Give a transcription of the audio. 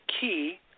key